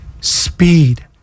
Speed